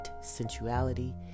sensuality